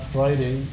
Friday